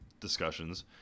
discussions